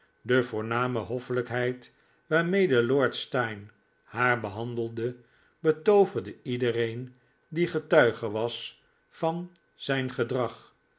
de voorname hoffelijkheid waarmede lord steyne haar behandelde betooverde iedereen die getuige was van zijn gedrag